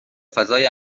فضای